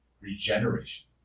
regeneration